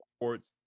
reports